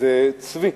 זה צבי,